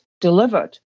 delivered